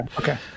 okay